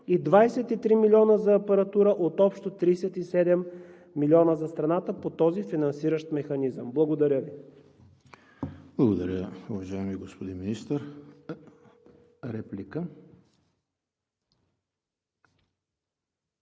и 23 милиона за апаратура от общо 37 милиона за страната по този финансиращ механизъм. Благодаря Ви. ПРЕДСЕДАТЕЛ ЕМИЛ ХРИСТОВ: Благодаря, уважаеми господин Министър. Реплика.